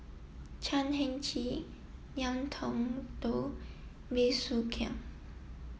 Chan Heng Chee Ngiam Tong Dow Bey Soo Khiang